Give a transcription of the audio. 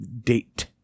date